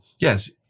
yes